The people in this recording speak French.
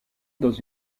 dans